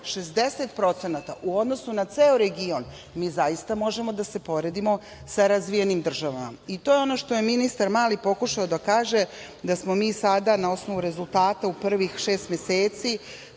60% u odnosu na ceo region, mi zaista možemo da se poredimo sa razvijenim državama. To je ono što je ministar Mali pokušao da kaže da smo mi sada na osnovu rezultata u prvih šest meseci